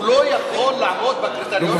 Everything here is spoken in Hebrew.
הוא לא יכול לעמוד בקריטריונים של הארצי.